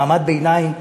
מעמד ביניים חלש,